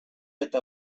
eta